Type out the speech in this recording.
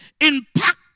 Impact